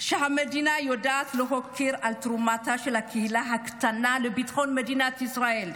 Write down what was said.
שהמדינה יודעת להוקיר את תרומתה של הקהילה הקטנה לביטחון מדינת ישראל.